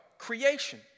creation